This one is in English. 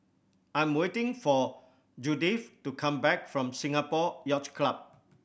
I'm waiting for Judyth to come back from Singapore Yacht Club